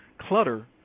Clutter